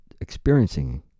experiencing